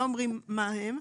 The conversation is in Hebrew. לא אומרים מה הם.